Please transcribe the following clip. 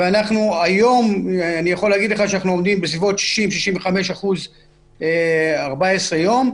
היום אני יכול להגיד לך שאנחנו עומדים בסביבות 60%-65% ב-14 יום.